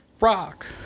Rock